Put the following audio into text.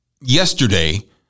yesterday